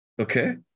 okay